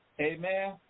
Amen